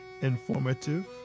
informative